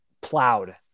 plowed